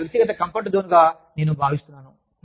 ఇది నా వ్యక్తిగత కంఫర్ట్ జోన్ గా నేను భావిస్తున్నాను